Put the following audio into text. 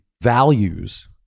values